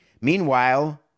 Meanwhile